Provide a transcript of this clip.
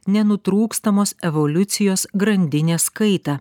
nenutrūkstamos evoliucijos grandinės kaitą